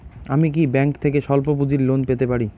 আমি কি ব্যাংক থেকে স্বল্প পুঁজির লোন পেতে পারি?